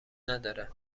نداره